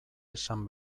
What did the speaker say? esan